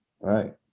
right